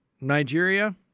Nigeria